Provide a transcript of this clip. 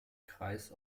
kreis